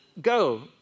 go